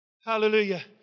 Hallelujah